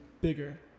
bigger